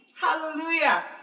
Hallelujah